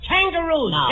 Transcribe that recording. Kangaroos